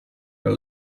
your